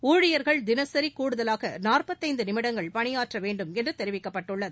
ஊழியர்கள் தினசரி கூடுதலாக நாற்பத்தைந்து நிமிடங்கள் பணியாற்றவேண்டும் என்று தெரிவிக்கப்பட்டுள்ளது